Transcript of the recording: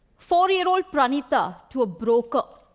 four-year-old pranitha to a broker.